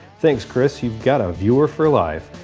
thanks chris, you've got a viewer for life.